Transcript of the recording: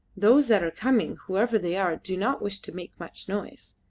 those that are coming, whoever they are, do not wish to make much noise.